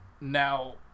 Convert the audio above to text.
Now